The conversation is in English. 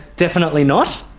definitely not.